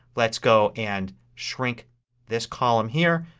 let's go and shrink this column here.